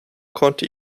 konnte